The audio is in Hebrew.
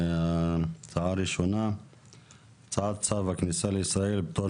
הצעה ראשונה הצעת צו הכניסה לישראל (פטור